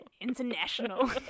International